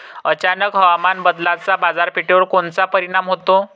अचानक हवामान बदलाचा बाजारपेठेवर कोनचा परिणाम होतो?